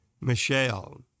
Michelle